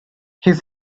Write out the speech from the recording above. his